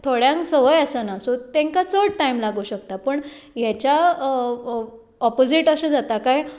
थोड्यांक संवय आसना सो तांकां चड टायम लागू शकता पूण हाच्या ऑपोजीट अशें जाता काय